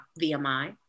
VMI